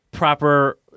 proper